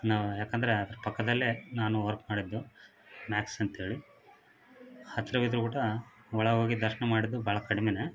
ನಾ ಯಾಕೆಂದ್ರೆ ಪಕ್ಕದಲ್ಲೇ ನಾನು ವರ್ಕ್ ಮಾಡಿದ್ದು ಮ್ಯಾಕ್ಸ್ ಅಂಥೇಳಿ ಹತ್ರಗಿದ್ರು ಕೂಡ ಒಳ ಹೋಗಿ ದರ್ಶನ ಮಾಡಿದ್ದು ಭಾಳ ಕಡ್ಮೆಯೇ